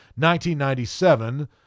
1997